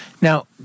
Now